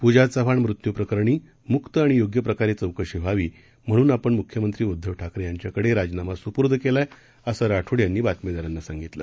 पूजा चव्हाण मृत्यूप्रकरणी मुक्त आणि योग्य प्रकारे चौकशी व्हावी म्हणून आपण मुख्यमंत्री उद्दव ठाकरे यांच्याकडे राजीनामा सुपूई केला आहे असं राठोड यांनी बातमीदारांना सांगितलं